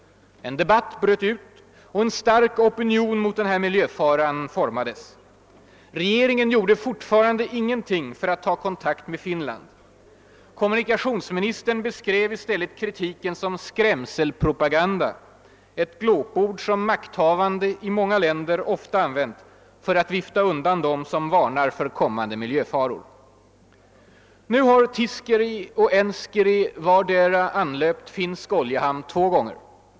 En debatt bröt ut, och en stark opinion mot miljöfaran formades. Regeringen gjorde fortfarande ingenting för att ta kontakt med Finland. Kommunikationsministern beskrev i stället kritiken som »skrämselpropaganda», ett glåpord som de makthavande i många länder ofta använt för att vifta undan dem som varnar för kommande miljöfaror. Nu har Tiiskeri och Enskeri vardera anlöpt finsk oljehamn två gånger.